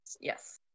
Yes